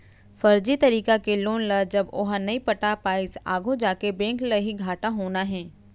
फरजी तरीका के लोन ल जब ओहा नइ पटा पाइस आघू जाके बेंक ल ही घाटा होना हे